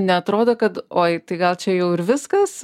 neatrodo kad oi tai gal čia jau ir viskas